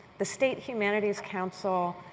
the state humanities council.